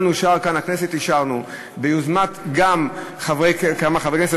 אושר כאן בכנסת ביוזמת כמה חברי כנסת,